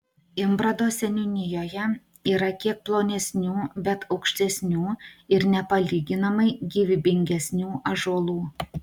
imbrado seniūnijoje yra kiek plonesnių bet aukštesnių ir nepalyginamai gyvybingesnių ąžuolų